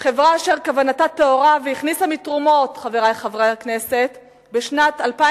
חברה אשר כוונתה טהורה, והכניסה מתרומות בשנת 2007